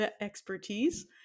expertise